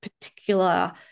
particular